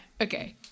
okay